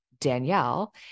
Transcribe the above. Danielle